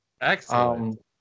Excellent